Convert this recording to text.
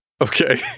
okay